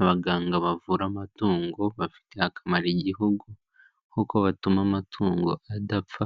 Abaganga bavura amatungo, bafitiye akamaro Igihugu kuko batuma amatungo adapfa